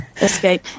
escape